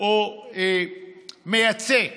או מייצאת